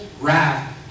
wrath